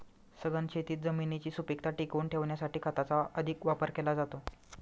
सघन शेतीत जमिनीची सुपीकता टिकवून ठेवण्यासाठी खताचा अधिक वापर केला जातो